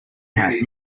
hat